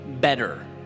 better